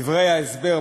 דברי ההסבר,